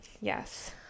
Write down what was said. Yes